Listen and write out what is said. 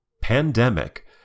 Pandemic